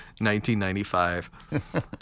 1995